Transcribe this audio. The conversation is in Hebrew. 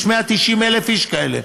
יש 190,000 איש כאלה.